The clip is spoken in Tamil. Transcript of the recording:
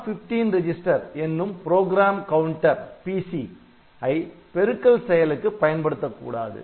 R15 ரெஜிஸ்டர் என்னும் புரோகிராம் கவுண்ட்டர் ஐ பெருக்கல் செயலுக்கு பயன்படுத்தக்கூடாது